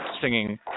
singing